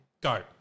Go